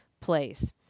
place